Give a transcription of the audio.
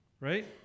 Right